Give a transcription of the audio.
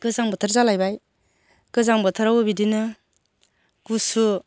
गोजां बोथोर जालायबाय गोजां बोथोरावबो बिदिनो गुसु